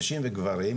נשים וגברים,